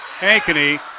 Ankeny